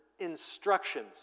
instructions